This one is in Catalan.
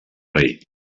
rei